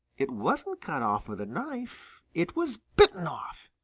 it wasn't cut off with a knife it was bitten off!